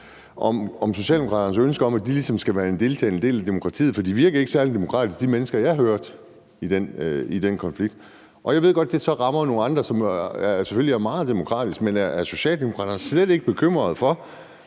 for Socialdemokraternes ønske om, at de ligesom skal være en deltagende del af demokratiet, for de mennesker, jeg hørte i den konflikt, virkede ikke særlig demokratiske. Jeg ved godt, at det så rammer nogle andre, som selvfølgelig er meget demokratiske. Men er Socialdemokraterne slet ikke bekymrede for,